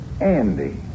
Andy